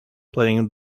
playing